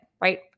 right